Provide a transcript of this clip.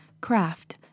craft